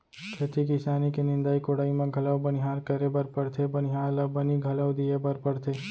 खेती किसानी के निंदाई कोड़ाई म घलौ बनिहार करे बर परथे बनिहार ल बनी घलौ दिये बर परथे